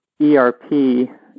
ERP